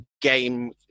game